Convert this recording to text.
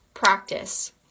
Practice